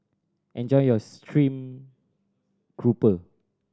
enjoy your stream grouper